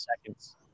seconds